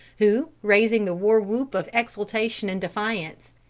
who, raising the war-whoop of exultation and defiance,